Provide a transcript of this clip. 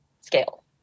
scale